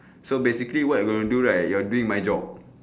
so basically what you going to do right you're doing my job